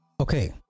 okay